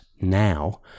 now